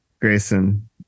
Grayson